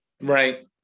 Right